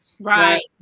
Right